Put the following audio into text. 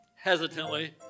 hesitantly